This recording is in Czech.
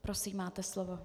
Prosím, máte slovo.